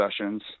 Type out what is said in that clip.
sessions